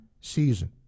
season